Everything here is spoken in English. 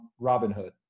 Robinhood